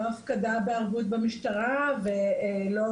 לא הפקדה בערבות במשטרה ולא